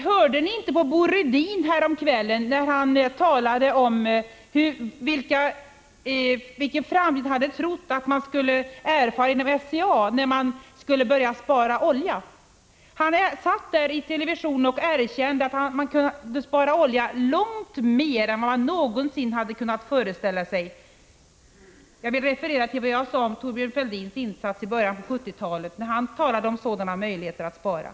Hörde ni inte på Bo Rydin häromkvällen, som talade om hur han trodde att framtiden skulle te sig för SCA när man skulle börja spara olja? Han satt där i television och erkände att långt mer olja kunde sparas än man någonsin hade kunnat föreställa sig. Jag vill referera till det jag sade om Thorbjörn Fälldins insats i början av 1970-talet, när han talade om sådana möjligheter att spara.